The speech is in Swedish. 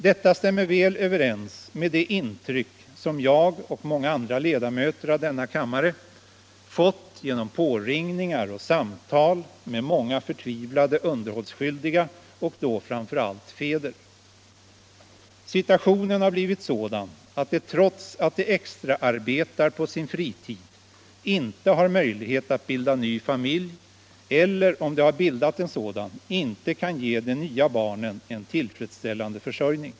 Detta stämmer väl överens med de intryck som jag och många andra ledamöter av denna kammare fått genom påringningar från och samtal med många förtvivlade underhållsskyldiga och då framför allt fäder. Situationen har blivit sådan att de trots att de extraarbetar på sin fritid inte har möjlighet att bilda ny familj eller, om de har bildat en sådan, inte kan ge de nya barnen en tillfredsställande försörjning.